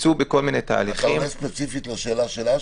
ניסו בכל מיני תהליכים --- אתה עונה ספציפית לשאלה שלה,